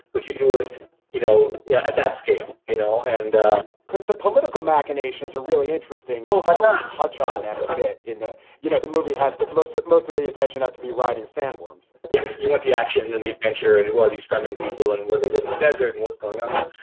but you do it you know yeah at that scale you know and ah because the political machinations are really interesting, um you touch on them a bit in the you know, the movie has the most most of the attention not to be writing sanborn's yeah you want the action and the adventure and who are these freman people and where they live in the desert and what's going on.